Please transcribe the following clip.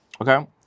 okay